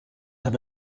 have